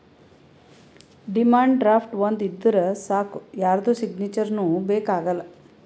demand draft ಒಂದ್ ಇದ್ದೂರ್ ಸಾಕ್ ಯಾರ್ದು ಸಿಗ್ನೇಚರ್ನೂ ಬೇಕ್ ಆಗಲ್ಲ